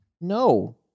No